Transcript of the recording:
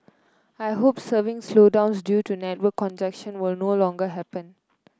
I hope surfing slowdowns due to network congestion will no longer happen